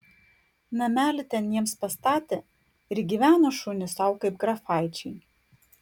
namelį ten jiems pastatė ir gyveno šunys sau kaip grafaičiai